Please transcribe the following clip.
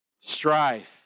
strife